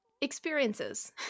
experiences